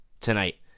Tonight